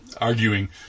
arguing